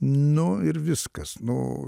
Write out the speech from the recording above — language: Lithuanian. nu ir viskas nu